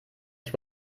ich